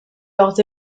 leurs